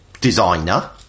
designer